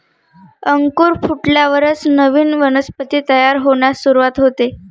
अंकुर फुटल्यावरच नवीन वनस्पती तयार होण्यास सुरूवात होते